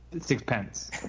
Sixpence